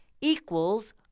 equals